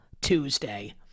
tuesday